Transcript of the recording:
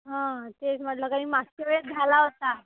हा तेच म्हटलं कारण मागच्या वेळेस झाला होता